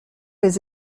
les